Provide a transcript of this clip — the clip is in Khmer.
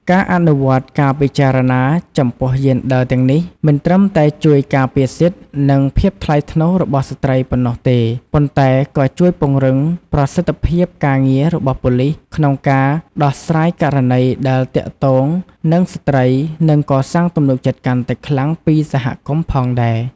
ការអនុវត្តការពិចារណាចំពោះយេនឌ័រទាំងនេះ មិនត្រឹមតែជួយការពារសិទ្ធិ និងភាពថ្លៃថ្នូររបស់ស្ត្រីប៉ុណ្ណោះទេ ប៉ុន្តែក៏ជួយពង្រឹងប្រសិទ្ធភាពការងាររបស់ប៉ូលិសក្នុងការដោះស្រាយករណីដែលទាក់ទងនឹងស្ត្រី និងកសាងទំនុកចិត្តកាន់តែខ្លាំងពីសហគមន៍ផងដែរ។